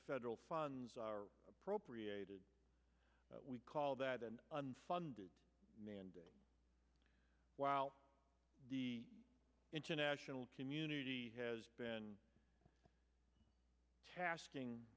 federal funds are appropriated we call that an unfunded mandate while the international community has been tasking